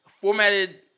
formatted